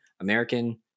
American